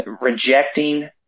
Rejecting